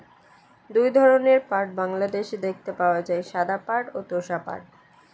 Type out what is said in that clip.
দুই ধরনের পাট বাংলাদেশে দেখতে পাওয়া যায়, সাদা পাট ও তোষা পাট